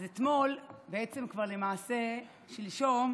אז אתמול, למעשה כבר שלשום,